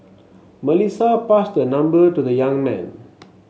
Melissa passed her number to the young man